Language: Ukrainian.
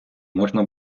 можна